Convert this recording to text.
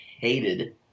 hated